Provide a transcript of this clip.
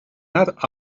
not